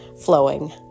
flowing